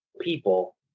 people